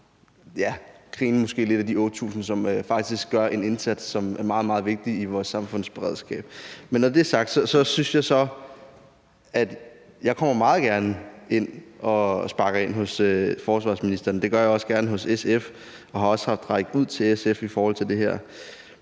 at grine af de 8.000, som faktisk gør en indsats, som er meget, meget vigtig i vores samfunds beredskab. Men når det er sagt, banker jeg meget gerne på hos forsvarsministeren, og det gør jeg også gerne hos SF, og jeg har også rakt ud til SF i forhold til det her.